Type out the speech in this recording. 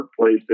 workplaces